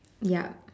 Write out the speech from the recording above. yup